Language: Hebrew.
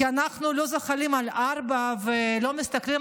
כי אנחנו לא זוחלים על ארבע ולא מסתכלים